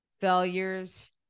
failures